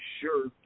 sure